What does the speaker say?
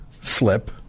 slip